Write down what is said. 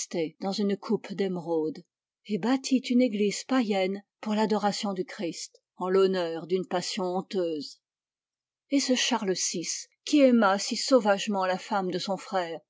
dans une coupe d'émeraude et bâtit une église païenne pour l'adoration du christ en l'honneur d'une passion honteuse et ce charles vi qui aima si sauvagement la femme de son frère